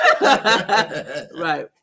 Right